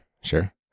sure